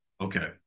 Okay